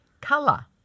colour